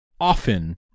often